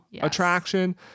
attraction